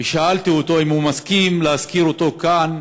ושאלתי אותו אם הוא מסכים שאזכיר אותו כאן,